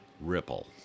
Ripple